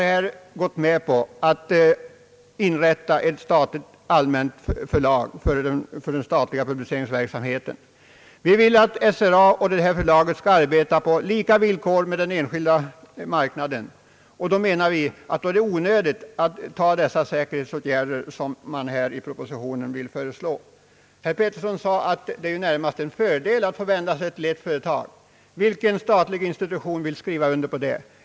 Vi har gått med på att ett statligt allmänt förlag för den allmänna publiceringsverksamheten inrättas. Vi vill att SRA och detta förlag skall arbeta på samma villkor som den enskilda marknaden, och då menar vi att det är onödigt att vidta de säkerhetsåtgärder som man i propositionen vill föreslå. Herr Petersson sade att det närmast är en fördel att få vända sig till ett företag. Vilken statlig institution vill skriva under på det?